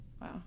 Wow